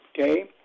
okay